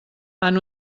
han